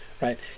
right